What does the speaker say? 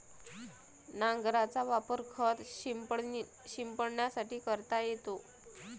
नांगराचा वापर खत शिंपडण्यासाठी करता येतो